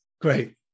Great